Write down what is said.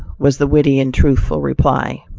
was the witty and truthful reply.